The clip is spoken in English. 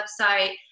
website